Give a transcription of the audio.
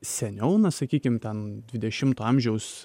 seniau na sakykim ten dvidešimto amžiaus